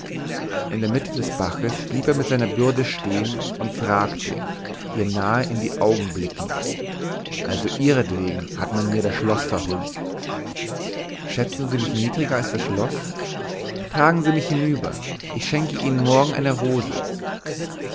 in der mitte des baches blieb er mit seiner bürde stehen und fragte ihr nahe in die augen blickend also ihretwegen hat man mir das schloß verhunzt schätzen sie mich niedriger als das schloß tragen sie mich hinüber ich schenke ihnen morgen eine rose